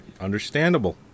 understandable